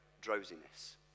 drowsiness